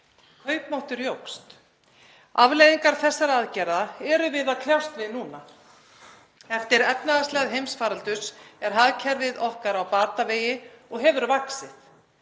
Kaupmáttur jókst. Afleiðingar þessara aðgerða erum við að kljást við núna. Eftir efnahagslægð heimsfaraldurs er hagkerfið okkar á batavegi og hefur vaxið.